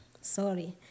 sorry